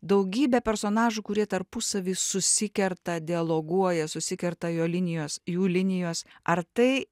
daugybė personažų kurie tarpusavy susikerta dialoguoja susikerta jo linijos jų linijos ar tai